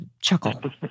chuckle